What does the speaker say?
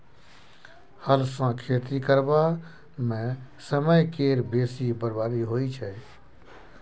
हल सँ खेती करबा मे समय केर बेसी बरबादी होइ छै